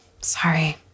Sorry